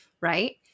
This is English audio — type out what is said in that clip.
right